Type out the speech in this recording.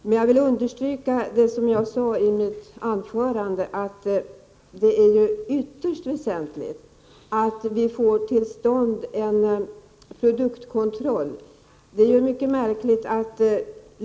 Men jag vill understryka något som jag sade i mitt anförande, nämligen att det är ytterst väsentligt att vi får till stånd en produktkontroll.